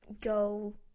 go